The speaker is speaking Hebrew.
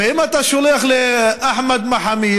ואם אתה שולח לאחמד מחמיד,